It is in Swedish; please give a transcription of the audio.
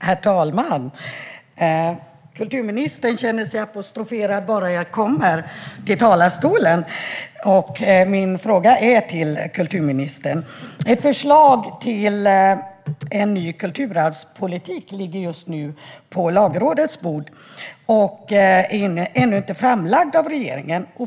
Herr talman! Kulturministern känner sig apostroferad bara jag går fram till talarstolen, och min fråga går till kulturministern. Ett förslag till en ny kulturarvspolitik ligger just nu på Lagrådets bord och är ännu inte framlagt av regeringen.